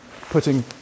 putting